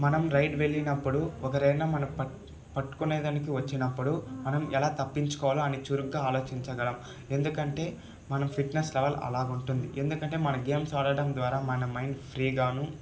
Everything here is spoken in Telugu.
మనం రైడ్ వెళ్ళినప్పుడు ఒకరు మన ప పట్టు పట్టుకొనేదానికి వచ్చినప్పుడు మనం ఎలా తప్పించుకోవాలి అని చురుగ్గా ఆలోచించగలం ఎందుకంటే మన ఫిట్నెస్ లెవెల్ అలాగే ఉంటుంది ఎందుకంటే మనకి గేమ్స్ ఆడటం ద్వారా మన మైండ్ ఫ్రీగాను